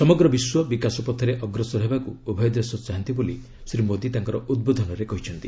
ସମଗ୍ର ବିଶ୍ୱ ବିକାଶ ପଥରେ ଅଗ୍ରସର ହେବାକୁ ଉଭୟ ଦେଶ ଚାହାନ୍ତି ବୋଲି ଶ୍ରୀ ମୋଦୀ ତାଙ୍କର ଉଦ୍ବୋଧନରେ କହିଛନ୍ତି